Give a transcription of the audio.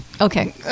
okay